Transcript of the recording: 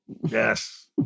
Yes